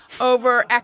over